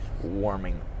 warming